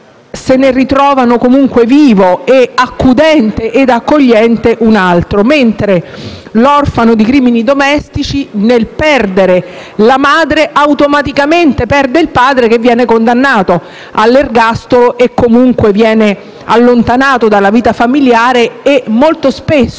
se ne ritrovano comunque vivo, accudente ed accogliente un altro, mentre l'orfano di crimini domestici, nel perdere la madre, automaticamente perde il padre che viene condannato all'ergastolo e comunque viene allontanato dalla vita famigliare. Molto spesso